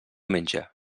menja